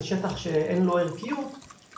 את ההגבלות על הסביבה.